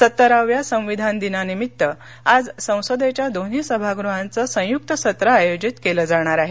सत्तराव्या संविधान दिनानिमित्त आज संसदेच्या दोन्ही सभागृहांचं संयुक्त सत्र आयोजित केलं जाणार आहे